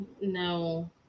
No